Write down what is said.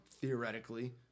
theoretically